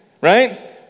right